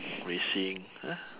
racing !huh!